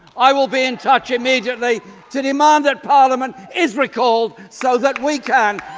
i will be in touch immediately to demand that parliament is recalled so that we can